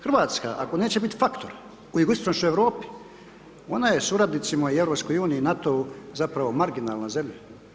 Hrvatska ako neće biti faktor u jugoistočnoj Europi, ona je suradnicima i EU i NATO-u zapravo marginalna zemlja.